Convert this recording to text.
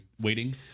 waiting